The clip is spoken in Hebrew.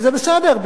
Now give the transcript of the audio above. וזה בסדר,